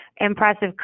impressive